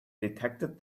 detected